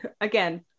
Again